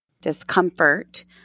discomfort